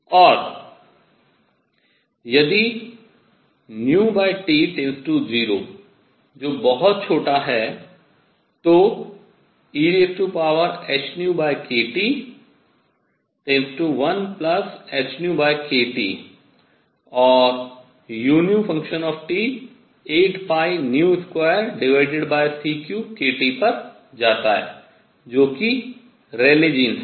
और यदि T→ 0 जो बहुत छोटा है तो ehνkT→1hνkT और u 82c3kT पर जाता है जो कि रेले जीन्स है